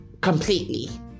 Completely